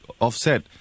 offset